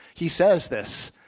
he says this.